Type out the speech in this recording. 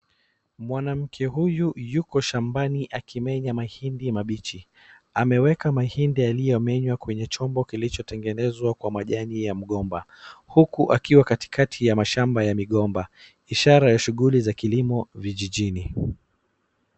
Mwanamke huyu yuko shambani akimenya mahindi mabichi, ameweka mahindi yaliyomenywa kwenye chombo kilichotengenezwa kwa majani ya mgomba huku akiwa katikati ya mashamba ya migomba. Ishara ya shughuli ya kilimo vijijini.